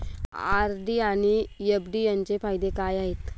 RD आणि FD यांचे फायदे काय आहेत?